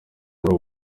muri